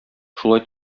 шулай